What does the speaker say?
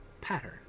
pattern